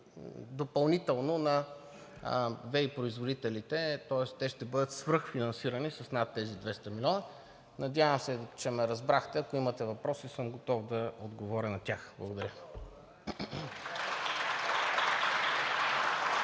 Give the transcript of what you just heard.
допълнително на ВЕИ производителите и те ще бъдат свръхфинансирани с над тези 200 милиона. Надявам се, че ме разбрахте. Ако имате въпроси, съм готов да отговоря на тях. Благодаря.